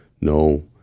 no